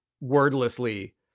wordlessly